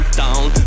down